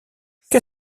qu’est